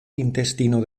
intestino